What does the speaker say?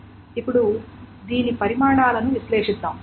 ఇప్పుడు దీని పరిమాణాలను విశ్లేషిద్దాం